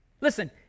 Listen